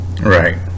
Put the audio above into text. Right